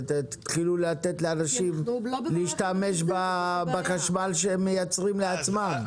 תתחילו לתת לאנשים להשתמש בחשמל שהם מייצרים לעצמם.